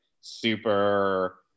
super